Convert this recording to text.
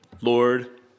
Lord